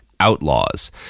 outlaws